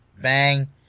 Bang